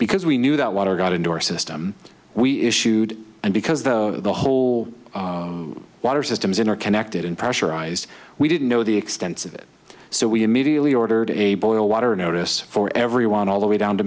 because we knew that water got into our system we issued and because the whole water systems interconnected in pressurized we didn't know the expense of it so we immediately ordered a boil water notice for everyone all the way down to